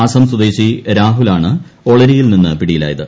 അസം സ്വദേശി രാഹുൽ ആണ് ഒളരിയിൽ നിന്ന് പിടിയിലായത്